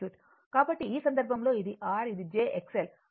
కాబట్టి ఈ సందర్భంలో ఇది R ఇది jXL మరియు ఇది jXC ఇది కెపాసిటివ్